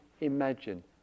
imagine